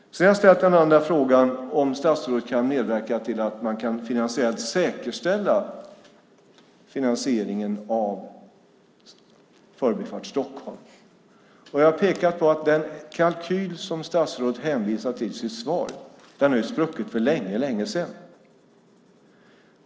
Min andra fråga gällde om statsrådet kan medverka till att man kan säkerställa finansieringen av Förbifart Stockholm. Jag har pekat på att den kalkyl som statsrådet hänvisar till i sitt svar har spruckit för länge sedan.